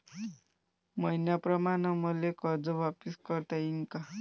मईन्याप्रमाणं मले कर्ज वापिस करता येईन का?